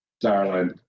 Darling